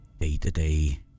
day-to-day